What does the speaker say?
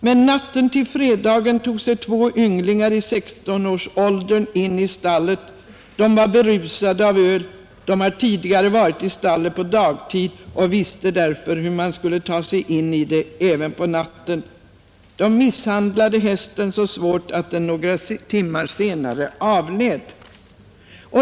——— Men natten till fredagen tog sig två ynglingar i 16-årsåldern in i stallet. De var berusade av öl, de hade tidigare varit i stallet på dagtid och visste därför hur man kunde ta sig in i det även på natten.” De misshandlade hästen så svårt att den några timmar senare avled.